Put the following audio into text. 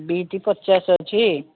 beet ପଚାଶ ଅଛି